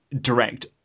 direct